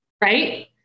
Right